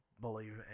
believe